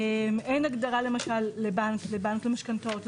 למשל: אין הגדרה לבנק למשכנתאות,